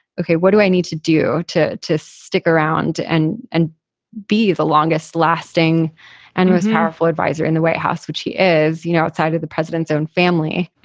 ok, what do i need to do to to stick around and and be the longest lasting and most powerful adviser in the white house, which he is you know outside of the president's own family?